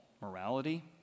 morality